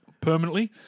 permanently